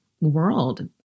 world